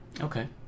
Okay